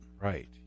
Right